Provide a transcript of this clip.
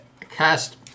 cast